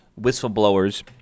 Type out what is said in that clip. whistleblowers